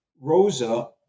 Rosa